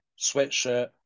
sweatshirt